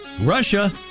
russia